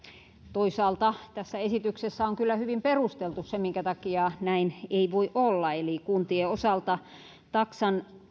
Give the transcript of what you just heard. toisaalta tässä esityksessä on kyllä hyvin perusteltu se minkä takia ei näin voi olla eli kuntien osalta taksan